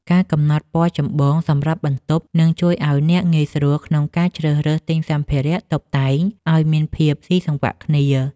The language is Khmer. ការកំណត់ពណ៌ចម្បងសម្រាប់បន្ទប់ នឹងជួយឱ្យអ្នកងាយស្រួលក្នុងការជ្រើសរើសទិញសម្ភារៈតុបតែងឱ្យមានភាពស៊ីសង្វាក់គ្នា។